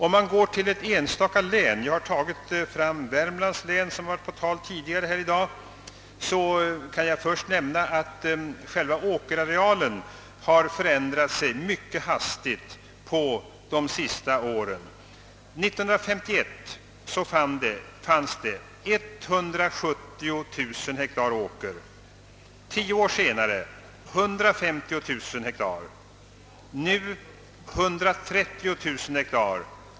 Om man går till ett enstaka län — jag har tagit Värmlands län som varit på tal tidigare i dag — kan jag först nämna att själva åkerarealen har förändrat sig mycket hastigt under de senaste åren. År 1951 fanns 170 000 hektar åker. Tio år senare var siffran 150 000, medan den nu är 130 000 hektar.